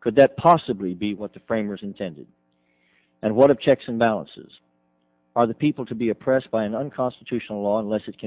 could that possibly be what the framers intended and what of checks and balances are the people to be oppressed by an unconstitutional law unless it can